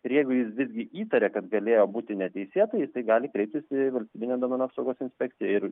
ir jeigu jis visgi įtaria kad galėjo būti neteisėtai tai gali kreiptis į valstybinę duomenų saugos inspekciją ir